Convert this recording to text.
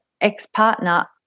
ex-partner